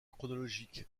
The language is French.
chronologique